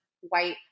white